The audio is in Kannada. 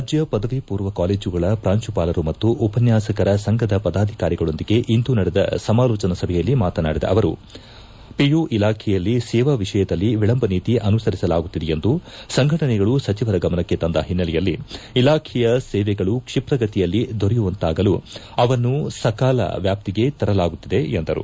ರಾಜ್ಯ ಪದವಿಪೂರ್ವ ಕಾಲೇಜುಗಳ ಪಾಂಶುಪಾಲರು ಮತ್ತು ಉಪನ್ಯಾಸಕರ ಸಂಘದ ಪದಾಧಿಕಾರಿಗಳೊಂದಿಗೆ ಇಂದು ನಡೆದ ಸಮಾಲೋಚನಾ ಸಭೆಯಲ್ಲಿ ಮಾತನಾಡಿದ ಅವರು ಪಿಯು ಇಲಾಖೆಯಲ್ಲಿ ಸೇವಾ ಎಷಯದಲ್ಲಿ ವಿಳಂಬ ನೀತಿ ಅನುಸರಿಸಲಾಗುತ್ತಿದೆ ಎಂದು ಸಂಘಟನೆಗಳು ಸಚಿವರ ಗಮನಕ್ಕೆ ತಂದ ಓನ್ನೆಲೆಯಲ್ಲಿ ಇಲಾಖೆಯ ಸೇವೆಗಳು ಕ್ಷಿಪ್ರಗತಿಯಲ್ಲಿ ದೊರೆಯುವಂತಾಗಲು ಅವನ್ನು ಸಕಾಲ ವ್ಲಾಪ್ತಿಗೆ ತರಲಾಗುತ್ತಿದೆ ಎಂದರು